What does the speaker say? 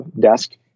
desk